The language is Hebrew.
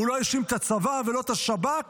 הוא לא האשים את הצבא ולא את השב"כ